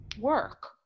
work